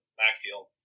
backfield